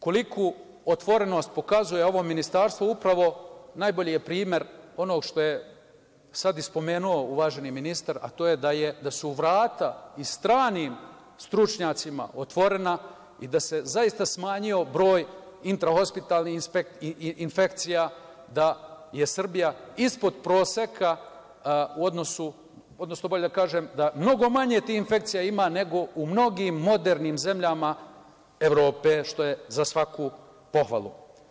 Koliku otvorenost pokazuje ovo Ministarstvo, upravo najbolji je primer ono što je sad i spomenuo uvaženi ministar, a to je da su vrata i stranim stručnjacima otvorena i da se zaista smanjio broj intrahospitalne infekcija, da je Srbija ispod proseka, mnogo manje tih infekcija ima nego u mnogim modernim zemljama Evrope, što je za svaku pohvalu.